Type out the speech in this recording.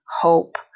hope